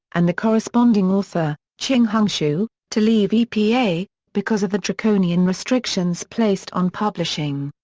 and the corresponding author, ching-hung hsu, to leave epa because of the draconian restrictions placed on publishing.